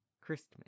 Christmas